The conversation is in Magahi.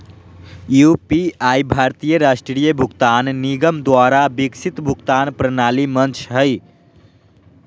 यू.पी.आई भारतीय राष्ट्रीय भुगतान निगम द्वारा विकसित भुगतान प्रणाली मंच हइ